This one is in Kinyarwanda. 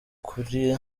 kure